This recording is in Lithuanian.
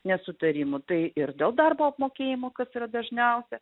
nesutarimų tai ir dėl darbo apmokėjimo kas yra dažniausia